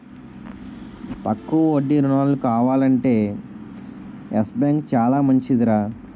తక్కువ వడ్డీ రుణాలు కావాలంటే యెస్ బాంకు చాలా మంచిదిరా